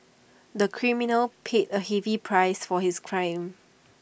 the criminal paid A heavy price for his crime